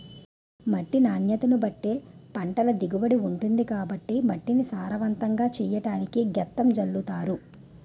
మట్టి నాణ్యతను బట్టే పంటల దిగుబడి ఉంటుంది కాబట్టి మట్టిని సారవంతంగా చెయ్యడానికి గెత్తం జల్లుతారు